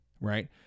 right